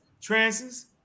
trances